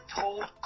told